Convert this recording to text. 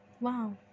Wow